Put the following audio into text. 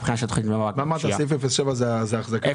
סעיף 07 הוא אחזקה?